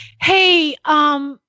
Hey